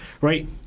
right